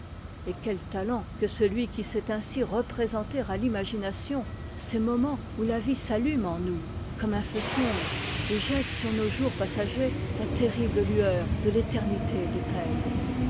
et quel talent que celui qui sait ainsi représenter à l'imagination ces moments où ia vie s'allume en nous comme un feu sombre et jette sur nos jours passagers la terrible lueur de l'éternité des peines